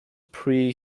pre